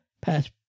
past